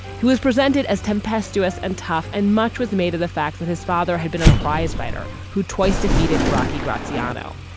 who was presented as tempestuous and tough. and much was made of the fact that his father had been a prizefighter who twice defeated rocky graziano.